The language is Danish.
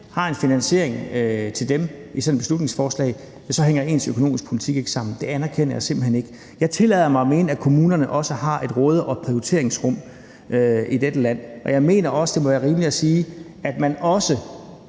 har en finansiering til dem i sådan et beslutningsforslag, hænger den økonomiske politik ikke sammen. Det anerkender jeg simpelt hen ikke. Jeg tillader mig at mene, at kommunerne også har et råde- og prioriteringsrum i dette land, og jeg mener også, det må være rimeligt at sige, at man også